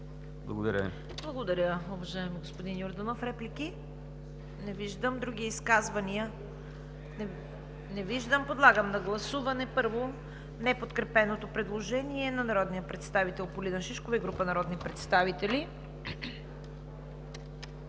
Благодаря Ви, уважаеми господин Йорданов. Реплики? Не виждам. Други изказвания? Не виждам. Подлагам на гласуване първо неподкрепеното предложение на народния представител Полина Шишкова и група народни представители.